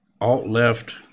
alt-left